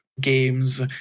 games